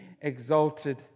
exalted